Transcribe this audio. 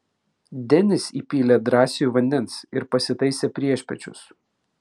denis įpylė drąsiui vandens ir pasitaisė priešpiečius